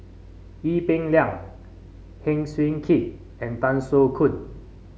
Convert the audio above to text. Ee Peng Liang Heng Swee Keat and Tan Soo Khoon